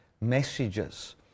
messages